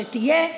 שתהיה,